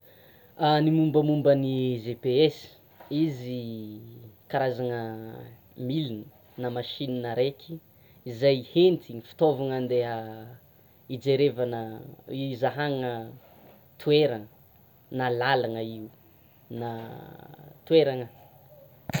Ny mombomba ny GPS izy karazana milina na machine araiky izay hentina fitaovana andeha hijerevana hizahana toerana, ,na lalana io; na toerana.